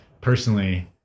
personally